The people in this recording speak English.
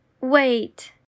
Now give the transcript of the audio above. wait